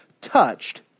touched